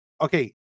Okay